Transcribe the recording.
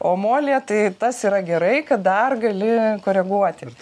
o molyje tai tas yra gerai kad dar gali koreguoti